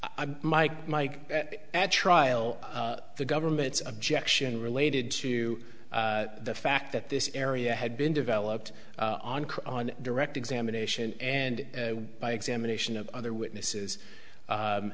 'm mike mike at trial the government's objection related to the fact that this area had been developed on on direct examination and by examination of other witnesses